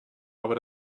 aber